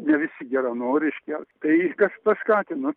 ne visi geranoriški tai kas paskatino